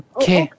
Okay